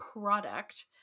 product